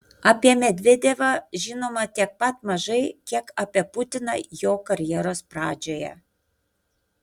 apie medvedevą žinoma tiek pat mažai kiek apie putiną jo karjeros pradžioje